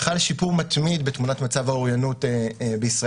חל שיפור מתמיד בתמונת מצב האוריינות בישראל.